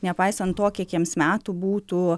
nepaisant to kiek jiems metų būtų